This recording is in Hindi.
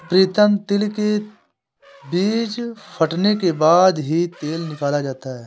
प्रीतम तिल के बीज फटने के बाद ही तेल निकाला जाता है